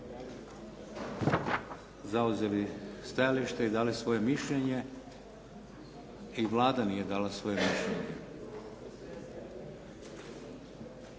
zauzeli stajalište i dali svoje mišljenje i Vlada nije dala svoje mišljenje,